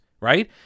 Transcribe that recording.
Right